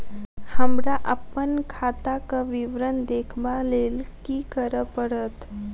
हमरा अप्पन खाताक विवरण देखबा लेल की करऽ पड़त?